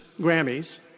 Grammys